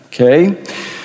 okay